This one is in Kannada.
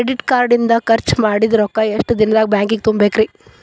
ಕ್ರೆಡಿಟ್ ಕಾರ್ಡ್ ಇಂದ್ ಖರ್ಚ್ ಮಾಡಿದ್ ರೊಕ್ಕಾ ಎಷ್ಟ ದಿನದಾಗ್ ಬ್ಯಾಂಕಿಗೆ ತುಂಬೇಕ್ರಿ?